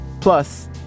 Plus